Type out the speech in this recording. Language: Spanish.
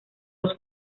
los